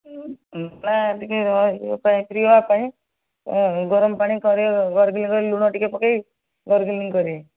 ଗଳା ଟିକିଏ ପିଇବା ପାଇଁ ପିଇବା ପାଇଁ ଗରମ ପାଣି କରି ଗର୍ଗିଲିଙ୍ଗ୍ କରି ଲୁଣ ଟିକିଏ ପକେଇ ଗର୍ଗିଲିଙ୍ଗ୍ କରିବେ